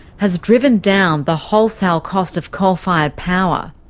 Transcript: has driven down the wholesale cost of coal-fired power.